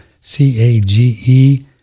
C-A-G-E